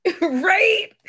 Right